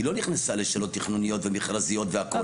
היא לא נכנסה לשאלות תכנוניות ומכרזיות והכול.